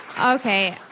Okay